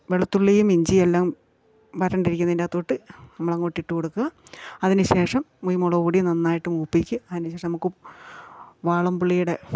വെളുത്തുള്ളിയും ഇഞ്ചിയെല്ലാം വരണ്ടിരിക്കിന്നതിൻറ്റത്തോട്ട് നമ്മളങ്ങോട്ടിട്ട് കൊടുക്കുക അതിന്ശേഷം ഈ മുളക്പൊടി നന്നായിട്ട് മൂപ്പിക്ക് അതിന് ശേഷം നമുക്ക് വാളം പുളീടെ